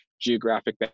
geographic